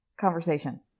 conversation